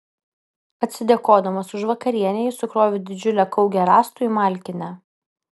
atsidėkodamas už vakarienę jis sukrovė didžiulę kaugę rąstų į malkinę